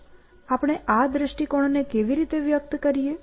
તો આપણે આ દૃષ્ટિકોણને કેવી રીતે વ્યક્ત કરીએ